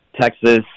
Texas